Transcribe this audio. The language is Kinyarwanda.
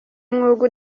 mwuga